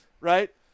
right